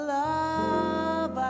love